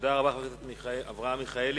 תודה רבה, חבר הכנסת אברהם מיכאלי.